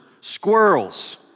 squirrels